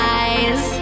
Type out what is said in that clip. eyes